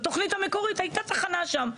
בתוכנית המקורית הייתה תחנה שם,